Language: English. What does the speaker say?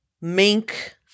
mink